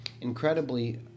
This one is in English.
Incredibly